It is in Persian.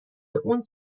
اون